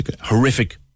horrific